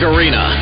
Arena